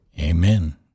Amen